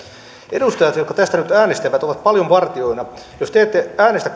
edustajat jotka tästä nyt äänestävät ovat paljon vartijoina jos te ette äänestä